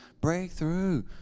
breakthrough